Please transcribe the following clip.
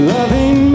Loving